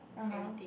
(uh huh)